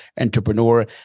entrepreneur